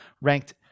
ranked